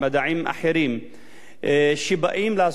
שבאים לעשות דיאגנוזה לתופעה הזאת,